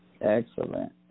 Excellent